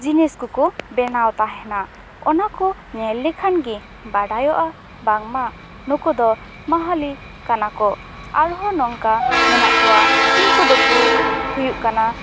ᱡᱤᱱᱤᱥ ᱠᱚᱠᱚ ᱵᱮᱱᱟᱣ ᱛᱟᱦᱮᱱᱟ ᱚᱱᱟ ᱠᱚ ᱧᱮᱞ ᱞᱮᱠᱷᱟᱱ ᱜᱮ ᱵᱟᱰᱟᱭᱚᱜᱼᱟ ᱵᱟᱝᱢᱟ ᱱᱩᱠᱩ ᱫᱚ ᱢᱟᱦᱟᱞᱤ ᱠᱟᱱᱟ ᱠᱚ ᱟᱨᱦᱚᱸ ᱱᱚᱝᱠᱟ ᱢᱮᱱᱟᱜ ᱠᱚᱣᱟ ᱩᱱᱠᱩ ᱫᱚᱠᱚ ᱦᱩᱭᱩᱜ ᱠᱟᱱᱟ